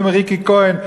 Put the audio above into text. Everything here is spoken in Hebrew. אפילו מריקי כהן.